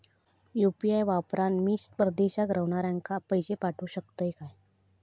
UPI वापरान मी परदेशाक रव्हनाऱ्याक पैशे पाठवु शकतय काय?